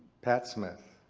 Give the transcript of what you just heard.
pat smith.